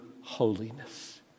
holiness